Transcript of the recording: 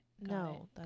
No